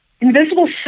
Invisible